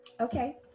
Okay